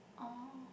oh